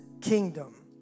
kingdom